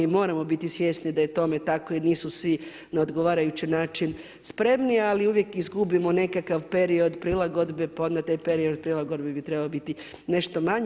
I moramo biti svjesni da je tome tako jer nisu svi na odgovarajući način spremni, ali uvijek izgubimo nekakav period prilagodbe pa onda taj period prilagodbe bi trebao biti nešto manji.